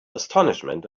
astonishment